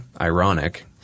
ironic